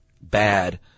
bad